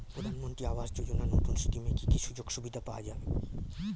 প্রধানমন্ত্রী আবাস যোজনা নতুন স্কিমে কি কি সুযোগ সুবিধা পাওয়া যাবে?